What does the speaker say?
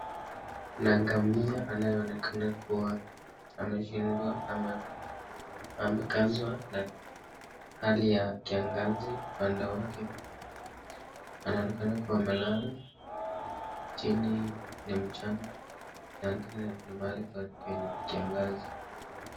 Kuna ngamia anayeonekana kuwa ameshindwa ama amekazwa na hali ya kiangazi upande wake anaonekana kuwa amelala, chini ni mchanga inaonekana ni mahali penye kiangazi.